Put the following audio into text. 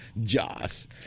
Joss